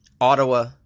Ottawa